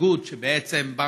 שאני